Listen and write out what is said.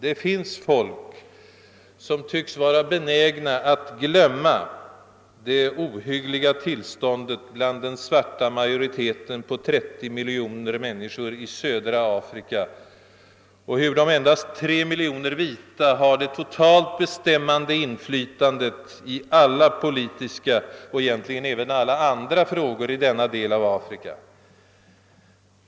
Det finns folk som tycks vara benägna att glömma det ohyggliga tillståndet bland den svarta majoriteten på 30 miljoner människor i södra Afrika och hur de vita, som uppgår till endast 3 miljoner, har det totalt bestämmande inflytandet i alla politiska och egentligen även alla andra frågor i denna del av Afrika.